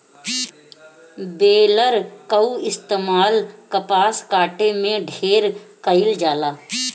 baler कअ इस्तेमाल कपास काटे में ढेर कइल जाला